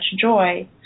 joy